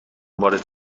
وارد